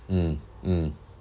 mm mm